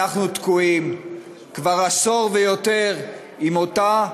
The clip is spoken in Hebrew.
אנחנו תקועים כבר עשור ויותר עם אותה